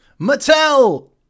Mattel